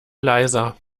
leiser